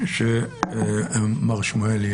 מר שמואלי